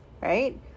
right